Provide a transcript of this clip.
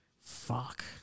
fuck